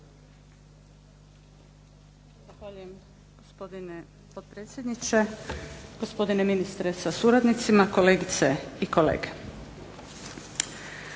Hvala vam